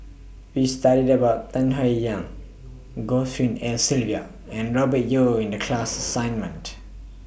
We studied about Tan Howe Yang Goh Tshin En Sylvia and Robert Yeo in The class assignment